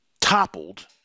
toppled